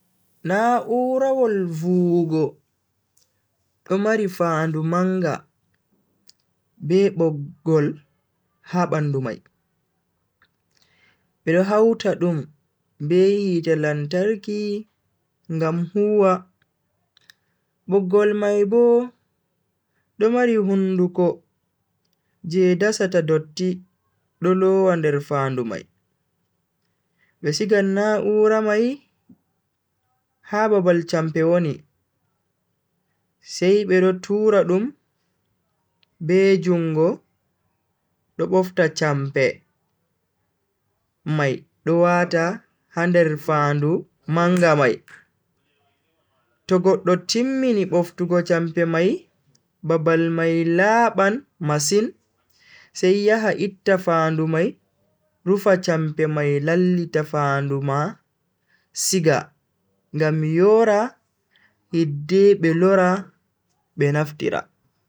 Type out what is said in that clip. Na'urawol vuwugo do mari fandu manga be boggol ha bandu mai. bedo hauta dum be hite lantarki ngam huwa. boggol mai Bo do mari hunduko je dasata dotti do lowa nder fandu mai. be sigan na'ura mai ha babal champe woni, sai bedo tura dum be jungo do bofta champe mai do wata ha nder fandu manga mi. to goddo timmini boftugo champe mai babal mai laaban masin sai yaha itta fandu mai rufa champe mai lallita fandu ma siga ngam yoora hidde be lora be naftira.